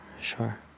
Sure